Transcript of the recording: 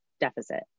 deficit